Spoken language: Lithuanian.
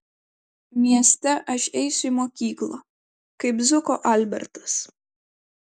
mieste aš eisiu į mokyklą kaip zuko albertas